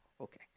okay